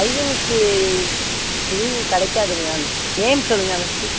பையனுக்கு லீவு கிடைக்காதுங்க மேம் ஏன்னெனு சொல்லுங்க ஃபர்ஸ்ட்டு